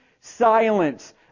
silence